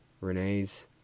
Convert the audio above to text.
Renee's